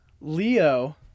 Leo